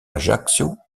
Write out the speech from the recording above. ajaccio